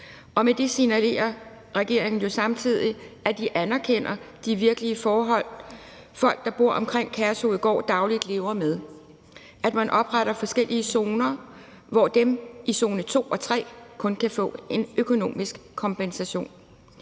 og med det signalerer regeringen jo samtidig, at de anerkender de virkelige forhold, folk, der bor omkring Kærshovedgård, dagligt lever med. Man opretter forskellige zoner, hvor dem i zone 2 og 3 kun kan få en økonomisk kompensation.